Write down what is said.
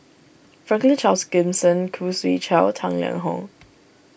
Franklin Charles Gimson Khoo Swee Chiow Tang Liang Hong